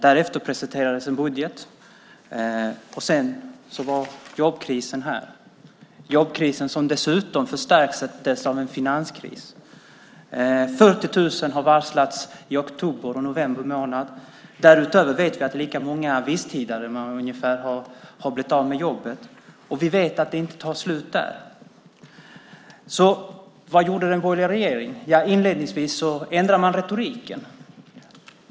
Därefter presenterades en budget, och sedan var jobbkrisen här. Jobbkrisen förstärktes dessutom av en finanskris. 40 000 har varslats i oktober och november månad. Därutöver vet vi att ungefär lika många visstidsanställda har blivit av med jobbet, och vi vet att det inte tar slut där. Vad gjorde då den borgerliga regeringen? Inledningsvis ändrade man retoriken.